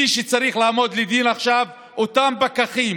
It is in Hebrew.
מי שצריך לעמוד לדין עכשיו הם אותם פקחים